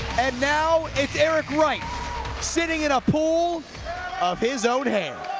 and now it's eric right sitting in a pool of his own hair